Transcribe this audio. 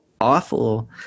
awful